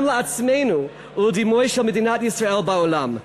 לעצמנו ולדימוי של מדינת ישראל בעולם.